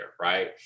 right